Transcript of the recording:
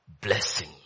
blessing